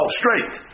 straight